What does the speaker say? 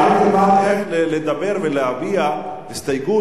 אולי תלמד איך לדבר ולהביע הסתייגות